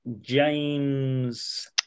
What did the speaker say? James